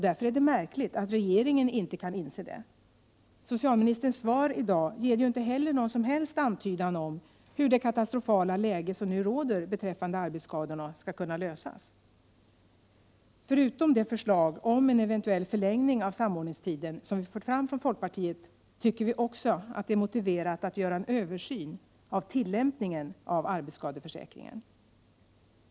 Därför är det märkligt att regeringen inte kan inse detta. Socialministerns svar i dag ger ju inte heller någon som helst antydan om hur man i det katastrofala läge som nu råder beträffande arbetsskadorna skall kunna komma fram till en lösning. Förutom att vi i folkpartiet har föreslagit en eventuell förlängning av samordningstiden tycker vi också att det är motiverat att göra en översyn av tillämpningen av arbetsskadeförsäkringen.